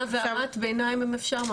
הערת ביניים אם אפשר.